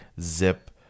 zip